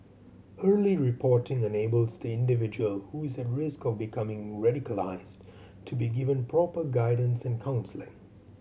early reporting enables the individual who is at risk of becoming radicalised to be given proper guidance and counselling